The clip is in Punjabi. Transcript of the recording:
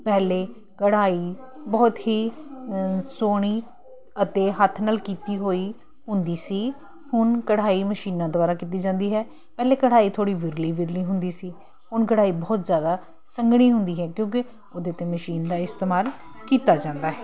ਪਹਿਲੇ ਕਢਾਈ ਬਹੁਤ ਹੀ ਸੋਹਣੀ ਅਤੇ ਹੱਥ ਨਾਲ ਕੀਤੀ ਹੋਈ ਹੁੰਦੀ ਸੀ ਹੁਣ ਕਢਾਈ ਮਸ਼ੀਨਾਂ ਦੁਆਰਾ ਕੀਤੀ ਜਾਂਦੀ ਹੈ ਪਹਿਲੇ ਕਢਾਈ ਥੋੜ੍ਹੀ ਵਿਰਲੀ ਵਿਰਲੀ ਹੁੰਦੀ ਸੀ ਹੁਣ ਕਢਾਈ ਬਹੁਤ ਜ਼ਿਆਦਾ ਸੰਘਣੀ ਹੁੰਦੀ ਹੈ ਕਿਉਂਕਿ ਉਹਦੇ 'ਤੇ ਮਸ਼ੀਨ ਦਾ ਇਸਤੇਮਾਲ ਕੀਤਾ ਜਾਂਦਾ ਹੈ